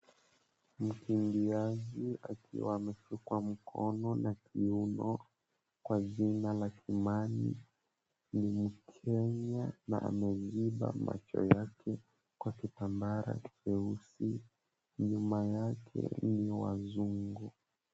Mkimbiaji akiwa ameshikwa mkono na kiuno kwa jina la, Kimani, ni mkenya na ameziba macho yake kwa kitambaa cheusi. Nyuma yake ni wazungu.